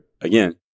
again